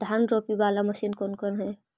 धान रोपी बाला मशिन कौन कौन है?